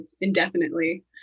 indefinitely